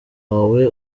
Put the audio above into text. wawe